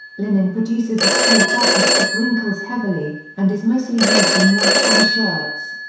linen produces a cool fabric that wrinkles heavily, and is mostly used in light summer shirts.